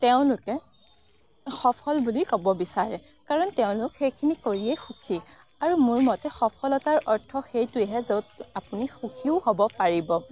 তেওঁলোকে সফল বুলি ক'ব বিচাৰে কাৰণ তেওঁলোক সেইখিনি কৰিয়েই সুখী আৰু মোৰ মতে সফলতাৰ অৰ্থ সেইটোৱেহে য'ত আপুনি সুখীও হ'ব পাৰিব